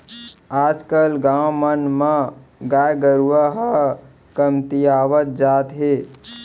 आज कल गाँव मन म गाय गरूवा ह कमतियावत जात हे